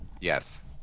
Yes